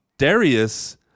Darius